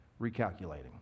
recalculating